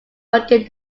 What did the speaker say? working